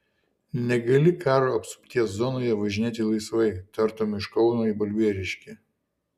negali karo apsupties zonoje važinėti laisvai tartum iš kauno į balbieriškį